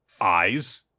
eyes